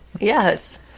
Yes